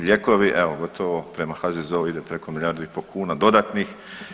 Lijekovi evo gotovo, prema HZZO-u ide preko milijardu i po kuna dodatnih.